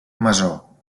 masó